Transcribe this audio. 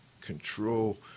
control